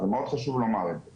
זה מאוד חשוב לומר את זה.